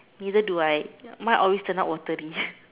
neither do I mine always turn out watery